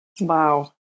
Wow